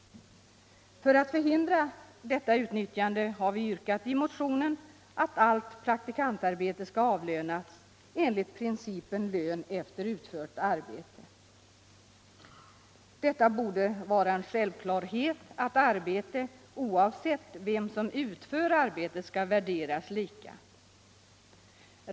För att förhindra detta utnyttjande har vi i motionen yrkat att allt praktikantarbete skall avlönas enligt principen lön efter utfört arbete. Det borde vara en självklarhet att arbete, oavsett vem som utfört det, skall värderas lika.